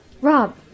Rob